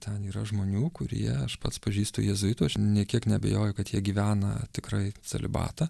ten yra žmonių kurie aš pats pažįstu jėzuitus nė kiek neabejoju kad jie gyvena tikrai celibatą